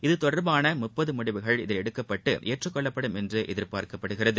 இது தொடர்பான முப்பது முடிவுகள் இதில் எடுக்கப்பட்டு ஏற்றுக்கொள்ளப்படும் என்று எதிர்பார்க்கப்படுகிறது